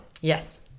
Yes